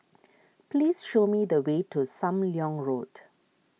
please show me the way to Sam Leong Road